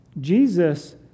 Jesus